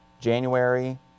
January